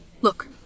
Look